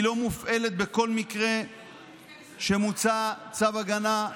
היא לא מופעלת בכל מקרה שמוצא צו הגנה.